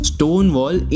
Stonewall